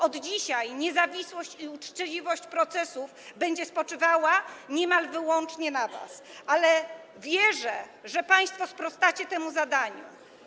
Od dzisiaj niezawisłość i uczciwość procesów będą spoczywały niemal wyłącznie na was, ale wierzę, że państwo sprostacie temu zadaniu.